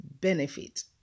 Benefit